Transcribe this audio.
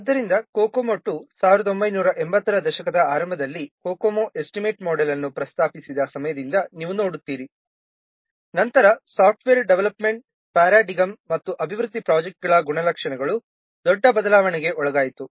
ಆದ್ದರಿಂದ COCOMO II 1980 ರ ದಶಕದ ಆರಂಭದಲ್ಲಿ COCOMO ಎಸ್ಟಿಮೇಟ್ ಮೋಡೆಲ್ ಅನ್ನು ಪ್ರಸ್ತಾಪಿಸಿದ ಸಮಯದಿಂದ ನೀವು ನೋಡುತ್ತೀರಿ ನಂತರ ಸಾಫ್ಟ್ವೇರ್ ಡೆವಲಪ್ಮೆಂಟ್ ಪಾರಡೈಗಮ್ ಮತ್ತು ಅಭಿವೃದ್ಧಿ ಪ್ರೊಜೆಕ್ಟ್ಗಳ ಗುಣಲಕ್ಷಣಗಳು ದೊಡ್ಡ ಬದಲಾವಣೆಗೆ ಒಳಗಾಯಿತು